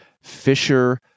Fisher